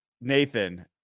nathan